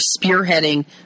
spearheading